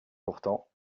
pourtant